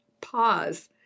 pause